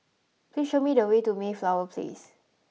please show me the way to Mayflower Place